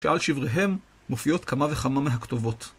שעל שבריהם מופיעות כמה וכמה מהכתובות.